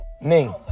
Ning